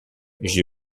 j’ai